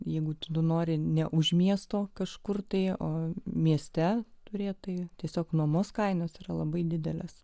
jeigu tu nori ne už miesto kažkur tai o mieste turėti tai tiesiog nuomos kainos yra labai didelės